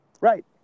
Right